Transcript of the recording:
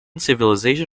civilization